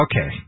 Okay